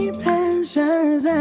pleasures